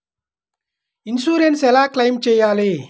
Insurance ఎలా claim చేయాలి?